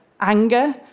anger